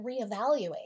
reevaluate